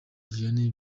vianney